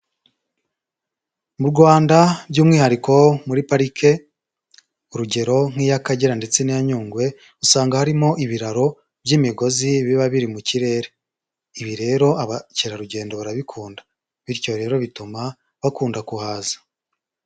Mu Rwanda by'umwihariko muri parike, urugero nk'iy'Akagera ndetse n'i Nyungwe, usanga harimo ibiraro by'imigozi biba biri mu kirere, ibi rero abakerarugendo barabikunda. Bityo rero bituma bakunda kuhaza.